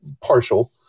partial